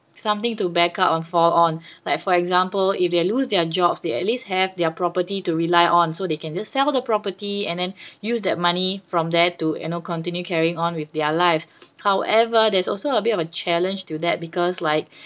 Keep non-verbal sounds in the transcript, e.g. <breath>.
something to back up or fall on like for example if they lose their jobs they at least have their property to rely on so they can just sell the property and then <breath> use that money from there to you know continue carrying on with their lives however there's also a bit of a challenge to that because like <breath>